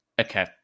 Okay